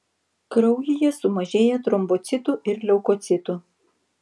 kraujyje sumažėja trombocitų ir leukocitų